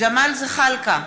ג'מאל זחאלקה,